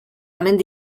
mendi